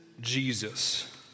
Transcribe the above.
Jesus